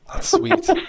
Sweet